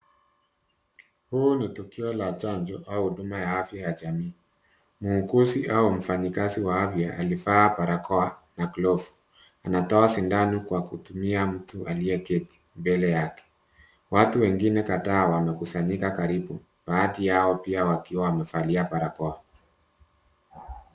Huu ni tukio la chanjo au huduma ya afya ya jamii. Muuguzi au mfanyikazi wa afya alivaa barakoa na glovu. Anatoa sindano kwa kutumia mtu aliyeketi mbele yake. Watu wengine kadhaa wanakusanyika karibu. Baadhi yao pia wakiwa wamevalia barakoa.